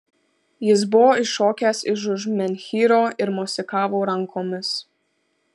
jis buvo iššokęs iš už menhyro ir mosikavo rankomis